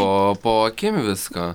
po po akim viską